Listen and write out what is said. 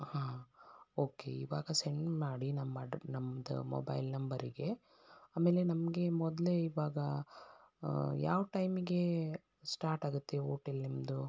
ಹಾಂ ಓಕೆ ಇವಾಗ ಸೆಂಡ್ ಮಾಡಿ ನಮ್ಮ ಅಡ್ರ ನಮ್ಮದು ಮೊಬೈಲ್ ನಂಬರಿಗೆ ಆಮೇಲೆ ನಮಗೆ ಮೊದಲೇ ಇವಾಗ ಯಾವ ಟೈಮ್ಗೆ ಸ್ಟಾಟ್ ಆಗುತ್ತೆ ಓಟೆಲ್ ನಿಮ್ಮದು